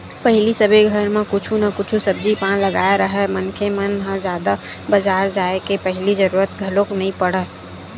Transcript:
पहिली सबे घर म कुछु न कुछु सब्जी पान लगाए राहय मनखे मन ह जादा बजार जाय के पहिली जरुरत घलोक नइ पड़य